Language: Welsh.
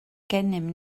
gennym